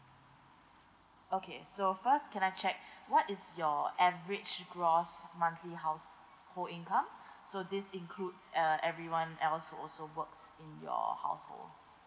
okay so first can I check what is your average gross monthly household income so this includes uh everyone else who also works in your household